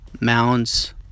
mounds